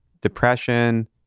depression